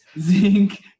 zinc